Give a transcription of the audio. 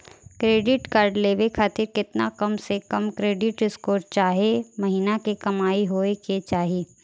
Credit card लेवे खातिर केतना कम से कम क्रेडिट स्कोर चाहे महीना के कमाई होए के चाही?